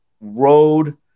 road